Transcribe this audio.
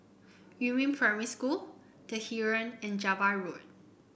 Yumin Primary School The Heeren and Java Road